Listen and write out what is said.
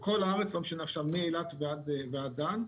הארץ מאילת ועד דן,